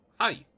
hi